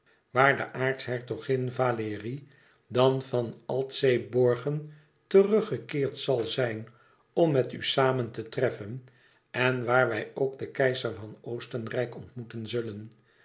waar de aartshertogin valérie dan van altseeborgen teruggekeerd zal zijn om met u samen te treffen en waar wij ook den keizer van oostenrijk ontmoeten zullen